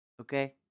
okay